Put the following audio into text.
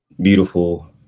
Beautiful